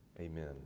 amen